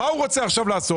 מה הוא רוצה לעשות עכשיו?